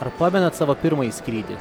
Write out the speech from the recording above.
ar pamenat savo pirmąjį skrydį